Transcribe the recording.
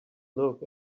look